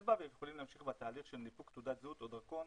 אצבע ואנחנו יכולים להמשיך בתהליך של ניפוק תעודת זהות או דרכון